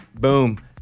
boom